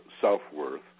self-worth